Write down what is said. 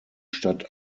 stadt